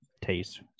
taste